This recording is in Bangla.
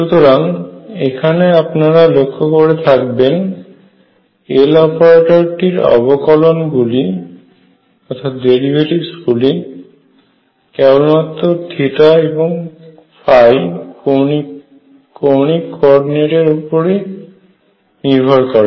সুতরাং এখানে আপনারা লক্ষ্য করে থাকবেন Loperator টির অবকলন গুলি কেবলমাত্র এবং কৌণিক কোর্ডিনেটের উপরেই কেবলমাত্র নিরভর করে